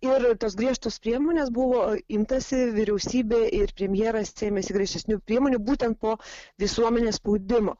ir tos griežtos priemonės buvo imtasi vyriausybė ir premjeras ėmėsi griežtesnių priemonių būtent po visuomenės spaudimo